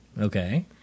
Okay